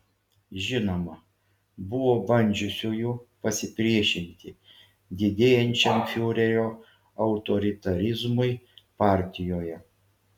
žinoma buvo bandžiusiųjų pasipriešinti didėjančiam fiurerio autoritarizmui partijoje